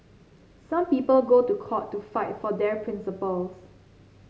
some people go to court to fight for their principles